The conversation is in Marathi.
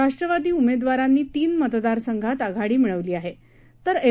राष्ट्रवादी उमेदवारांनी तीन मतदार संघात आघाडी मिळवली आहे तर एम